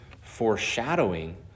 foreshadowing